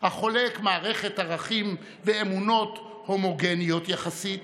החולק מערכת ערכים ואמונות הומוגניות יחסית